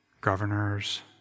Governors